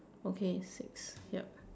okay six yup